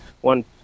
one